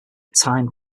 time